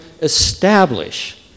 establish